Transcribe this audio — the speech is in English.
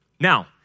Now